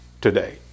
today